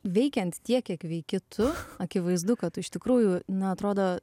veikiant tiek kiek veiki tu akivaizdu kad tu iš tikrųjų na atrodo